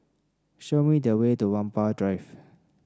show me the way to Whampoa Drive